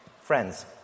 Friends